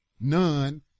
none